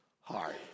hard